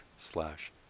slash